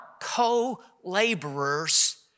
co-laborers